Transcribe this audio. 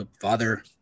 father